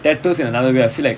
tattoos in another way I feel like